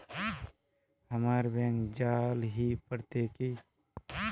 हमरा बैंक जाल ही पड़ते की?